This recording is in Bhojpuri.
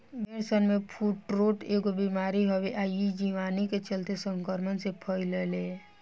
भेड़सन में फुट्रोट एगो बिमारी हवे आ इ जीवाणु के चलते संक्रमण से फइले ला